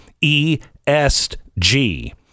E-S-G